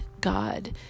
God